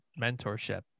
mentorship